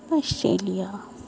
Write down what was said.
Australia